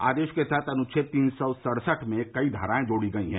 आदेश के तहत अनुच्छेद तीन सौ सड़सठ में कई धाराए जोड़ी गई हैं